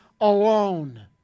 alone